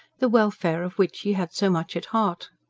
the welfare of which he had so much at heart.